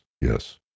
yes